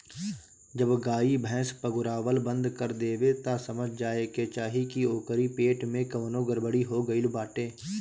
जब गाई भैस पगुरावल बंद कर देवे तअ समझ जाए के चाही की ओकरी पेट में कवनो गड़बड़ी हो गईल बाटे